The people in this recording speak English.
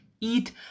eat